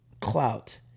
clout